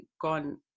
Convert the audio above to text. gone